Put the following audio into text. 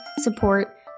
support